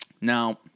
Now